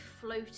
floating